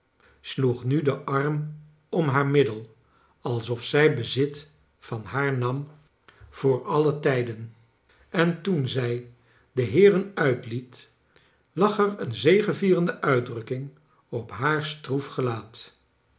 sloeg nu den arm om haar mid del also zij bezit van haar nam voor alle tijden en toen zij de heeren uitliet lag er een zegevierende uitdrukking op haar stroef gelaat